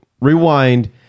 rewind